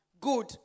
good